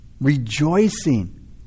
rejoicing